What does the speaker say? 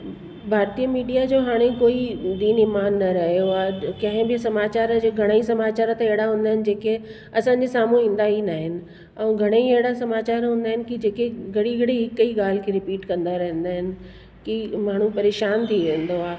भारतीय मीडिया जो हाणे कोई दीन इमान न रहियो आहे कंहिं बि समाचार जे घणे ई समाचार त अहिड़ा हूंदा आहिनि जेके असांजी साम्हूं ईंदा ई न आहिनि ऐं घणे ई अहिड़ा समाचार हूंदा आहिनि की जेके घड़ी घड़ी हिकु ई ॻाल्हि खे रिपीट कंदा रहंदा आहिनि की माण्हू परेशानु थी वेंदो आहे